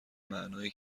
معنای